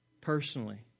personally